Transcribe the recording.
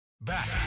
Back